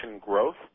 growth